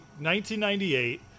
1998